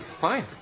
Fine